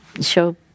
show